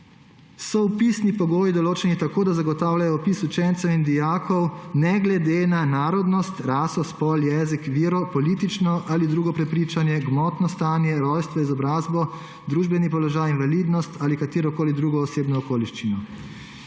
»so vpisni pogoji določeni tako, da zagotavljajo vpis učencev in dijakov ne glede na narodnost, raso, spol, jezik, vero, politično ali drugo prepričanje, gmotno stanje, rojstvo, izobrazbo, družbeni položaj, invalidnost ali katerokoli drugo osebno okoliščino;